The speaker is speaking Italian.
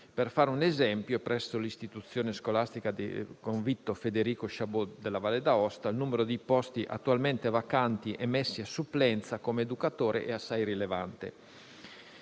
per fare un esempio, presso l'istituzione scolastica "Convitto regionale F. Chabod" della Valle d'Aosta, il numero di posti attualmente vacanti e messi a supplenza come educatore è assai rilevante;